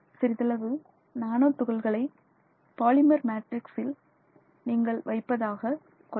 சிறிதளவு நானோ துகள்களை பாலிமர் மேட்ரிக்சில் நீங்கள் வைப்பதாக கொள்வோம்